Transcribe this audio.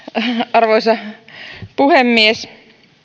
arvoisa puhemies